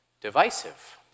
divisive